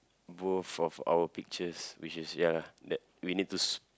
both of our picture which is ya that we need to s~